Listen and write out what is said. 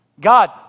God